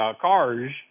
cars –